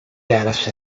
dataset